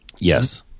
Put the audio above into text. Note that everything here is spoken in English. Yes